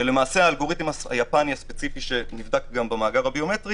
והאלגוריתם היפני הספציפי שנבדק גם במאגר הביומטרי